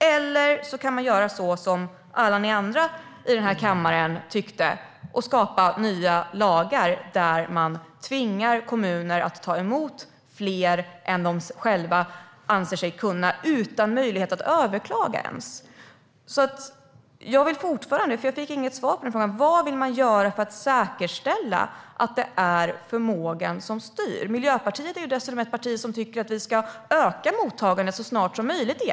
Eller så kan man göra så som alla ni andra i kammaren tyckte och skapa nya lagar där man tvingar kommuner att ta emot fler än de själva anser sig kunna utan möjlighet att överklaga. Jag fick inget svar på min fråga: Vad vill man göra för att säkerställa att det är förmågan som styr? Miljöpartiet tycker dessutom att vi ska öka mottagandet igen så snart som möjligt.